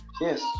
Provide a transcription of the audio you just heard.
Yes